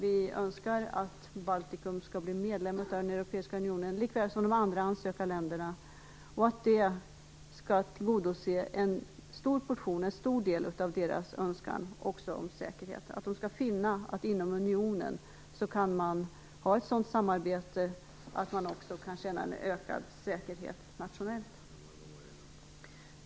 Vi önskar att Baltikum blir medlemmar av Europeiska unionen, lika väl som de andra ansökarländerna, och att därmed balternas önskan om säkerhet till stor del tillgodoses. Vi önskar alltså att de skall finna att man inom unionen kan ha ett sådant samarbete att det också är möjligt att känna en ökad säkerhet nationellt.